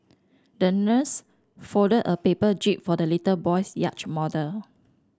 the nurse folded a paper jib for the little boy's yacht model